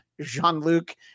Jean-Luc